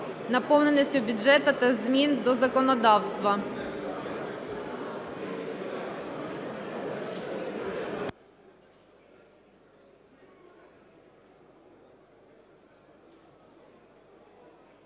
наповненості бюджету та змін до законодавства.